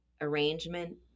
arrangement